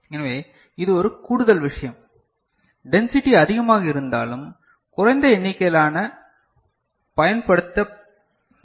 எனவே இது ஒரு கூடுதல் விஷயம் டென்சிடி அதிகமாக இருந்தாலும் குறைந்த எண்ணிக்கையிலான பயன்படுத்தப்படுகின்றன